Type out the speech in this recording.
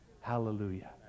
Hallelujah